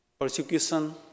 Persecution